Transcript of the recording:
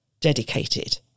dedicated